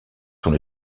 sont